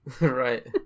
right